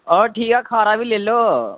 ओह् ठीक ऐ खारा बी लेई लैयो